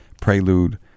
prelude